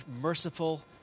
merciful